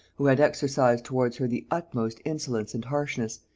who had exercised towards her the utmost insolence and harshness,